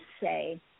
say